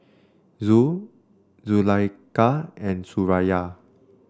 Zul Zulaikha and Suraya